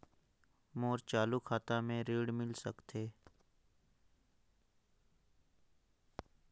मोर चालू खाता से ऋण मिल सकथे?